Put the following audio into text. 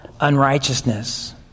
unrighteousness